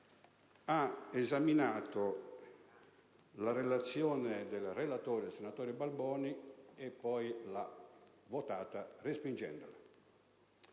ha esaminato la relazione del relatore, senatore Balboni, e poi l'ha votata respingendola.